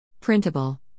Printable